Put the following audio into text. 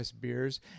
beers